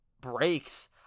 breaks